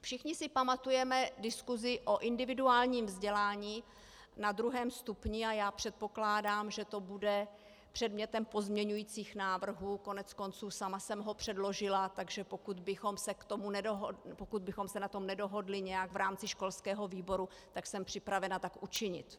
Všichni si pamatujeme diskusi o individuálním vzdělání na druhém stupni a já předpokládám, že to bude předmětem pozměňovacích návrhů, koneckonců sama jsem ho předložila, takže pokud bychom se na tom nedohodli nějak v rámci školského výboru, tak jsem připravena tak učinit.